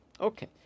Okay